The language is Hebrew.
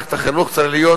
ומערכת החינוך צריך להיות